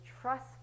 trust